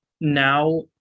now